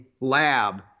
lab